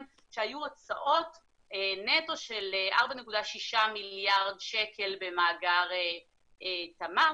שהיו הוצאות נטו של 4.6 מיליארד שקל במאגר תמר